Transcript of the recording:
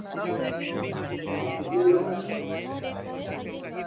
جی جی کتنے لوگ آ رہے ہیں آپ لوگ